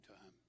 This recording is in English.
time